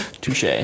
Touche